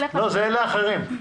לא, אלו אחרים.